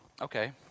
okay